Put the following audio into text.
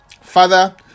Father